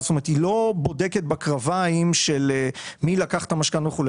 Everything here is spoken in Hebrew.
לא בודקת מי לקח את המשכנתא וכו',